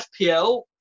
FPL